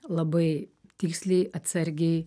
labai tiksliai atsargiai